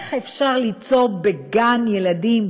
איך אפשר ליצור בגן ילדים,